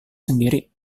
sendiri